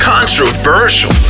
Controversial